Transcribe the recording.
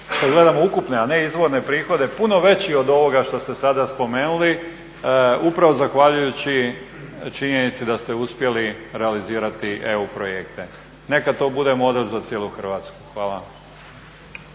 gledamo ukupne a ne izvorne prihode puno veći od ovoga što ste sada spomenuli upravo zahvaljujući činjenici da ste uspjeli realizirati EU projekta. Neka to bude model za cijelu Hrvatsku. Hvala.